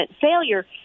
failure